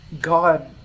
God